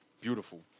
beautiful